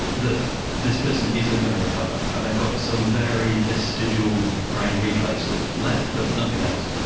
that this person isn't going to recover and they've got some very vestigial brain reflex left but nothing else.